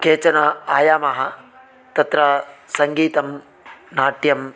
केचन आयामः तत्र सङ्गीतं नाट्यं